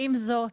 עם זאת,